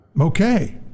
Okay